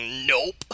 Nope